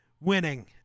winning